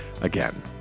Again